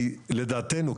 לדעתנו,